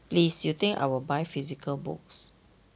please you think I will buy physical books